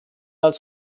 als